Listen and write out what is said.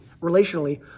relationally